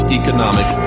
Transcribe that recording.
economic